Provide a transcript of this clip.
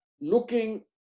looking